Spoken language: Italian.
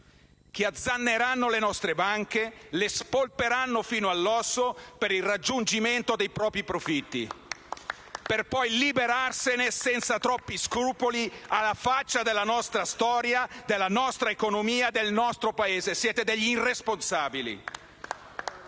che azzanneranno le nostre banche, le spolperanno fino all'osso per il raggiungimento dei propri profitti, per poi liberarsene senza troppi scrupoli, alla faccia della nostra storia, della nostra economia e del nostro Paese. Siete degli irresponsabili!